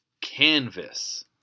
Canvas